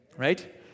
Right